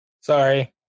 Sorry